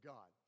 God